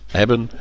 hebben